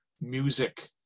Music